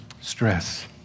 stress